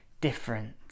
different